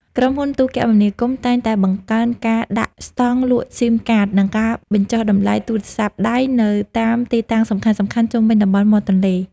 ក្រុមហ៊ុនទូរគមនាគមន៍តែងតែបង្កើនការដាក់ស្តង់លក់ស៊ីមកាត និងការបញ្ចុះតម្លៃទូរស័ព្ទដៃនៅតាមទីតាំងសំខាន់ៗជុំវិញតំបន់មាត់ទន្លេ។